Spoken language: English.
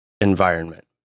environment